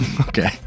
Okay